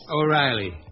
O'Reilly